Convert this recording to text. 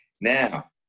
Now